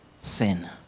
sin